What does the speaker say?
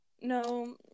No